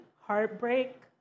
heartbreak